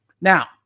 Now